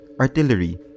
artillery